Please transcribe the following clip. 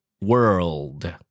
World